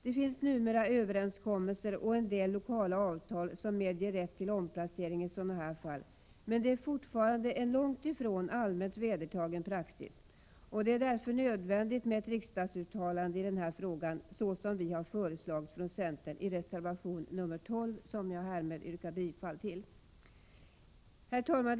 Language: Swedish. Det finns numera överenskommelser och en del lokala avtal som medger rätt till omplacering av gravida kvinnor, men det är fortfarande en långt ifrån allmänt vedertagen praxis. Det är därför nödvändigt med ett riksdagsuttalande i den här frågan, något som centern har föreslagit i reservation 12, som jag yrkar bifall till. Herr talman!